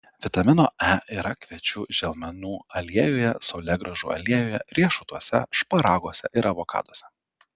vitamino e yra kviečių želmenų aliejuje saulėgrąžų aliejuje riešutuose šparaguose ir avokaduose